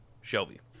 Shelby